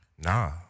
Nah